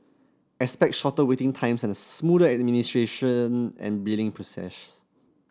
expect shorter waiting times and a smoother administration and billing process